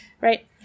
Right